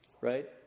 right